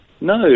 No